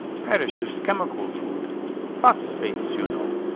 parrish's chemical food phosphates, you know.